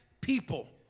people